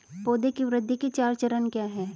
पौधे की वृद्धि के चार चरण क्या हैं?